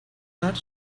that